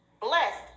Blessed